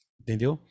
entendeu